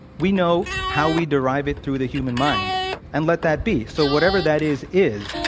we know how we derive it through the human mind and let that be. so, whatever that is is